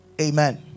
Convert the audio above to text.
amen